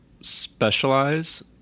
specialize